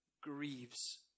grieves